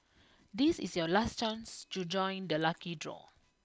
this is your last chance to join the lucky draw